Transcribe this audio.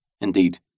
indeed